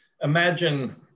imagine